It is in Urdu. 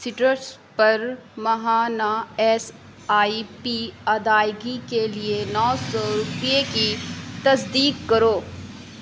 سٹرس پر ماہانہ ایس آئی پی ادائیگی کے لیے نو سو روپئے کی تصدیق کرو